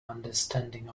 understanding